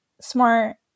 smart